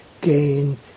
gain